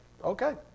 Okay